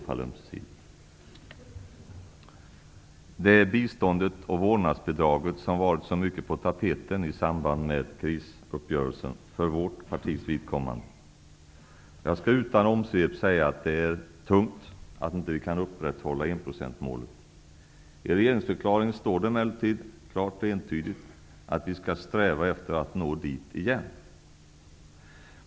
Frågorna om biståndet och vårdnadsbidraget har varit mycket på tapeten i samband med krisuppgörelsen för vårt partis vidkommande. Jag skall utan omsvep säga att det är tungt att det inte går att upprätthålla enprocentsmålet. I regeringsförklaringen står det emellertid klart och entydigt att vi skall sträva efter att nå dit igen.